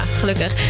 gelukkig